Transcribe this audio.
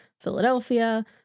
Philadelphia